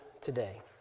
today